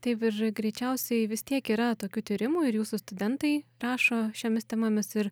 taip ir greičiausiai vis tiek yra tokių tyrimų ir jūsų studentai rašo šiomis temomis ir